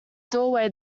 doorway